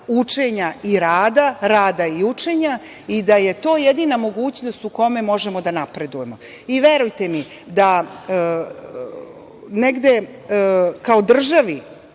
učenja i rada, rada i učenja i da je to jedina mogućnost u kojoj možemo da napredujemo. Verujte mi da negde kao državi,